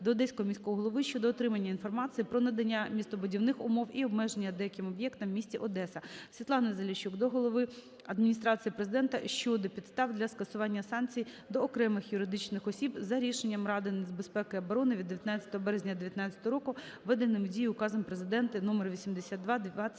до Одеського міського голови щодо отримання інформації про надання містобудівних умов і обмежень деяким об'єктам в місті Одеса. Світлани Заліщук до глави Адміністрації Президента щодо підстав для скасування санкцій до окремих юридичних осіб за Рішенням Ради нацбезпеки і оборони від 19 березня 19-го року, введеним в дію Указом Президента №82/2019.